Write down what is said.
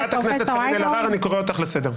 חברת הכנסת קארין אלהרר, אני קורא אותך לסדר.